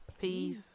peace